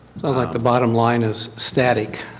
like the bottom line is static.